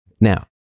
Now